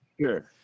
Sure